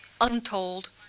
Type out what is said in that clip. untold